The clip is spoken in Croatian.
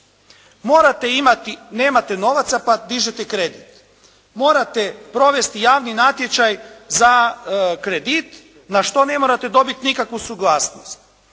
modelu? Nemate novaca, pa dižete kredit. Morate provesti javni natječaj za kredit na što ne morate dobiti nikakvu suglasnost.